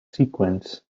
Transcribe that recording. sequence